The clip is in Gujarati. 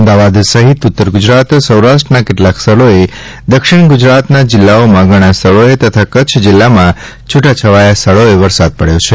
અમદાવાદ સહિત ઉત્તર ગુજરાત સૌરાષ્ટ્રના કેટલાંક સ્થળોએ દક્ષિણ ગુજરાતના જિલ્લાઓમાં ઘણાં સ્થળોએ તથા કચ્છ જિલ્લામાં છૂટા છવાયા સ્થળોએ વરસાદ પડ્યો છે